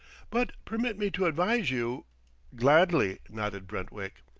but permit me to advise you gladly, nodded brentwick.